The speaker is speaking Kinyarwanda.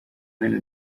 imena